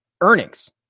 earnings